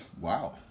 Wow